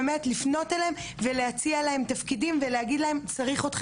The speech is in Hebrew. באמת לפנות אליהן ולהציע להן תפקידים ולהגיד להן צריך אתכן